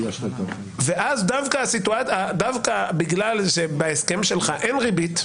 ואז דווקא בגלל שבהסכם שלך אין ריבית,